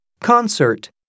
concert